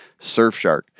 Surfshark